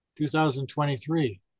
2023